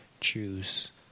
choose